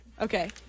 Okay